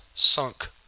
sunk